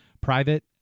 private